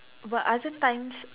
but other times